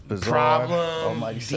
Problem